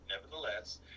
nevertheless